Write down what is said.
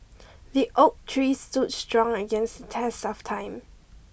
the oak tree stood strong against test of time